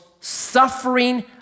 suffering